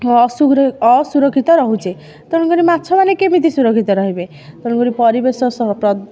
ଅସୁର ଅସୁରକ୍ଷିତ ରହୁଛେ ତେଣୁ କରି ମାଛମାନେ କେମିତି ସୁରକ୍ଷିତ ରହିବେ ତେଣୁକରି ପରିବେଶ ସ ପ୍ରଦୁ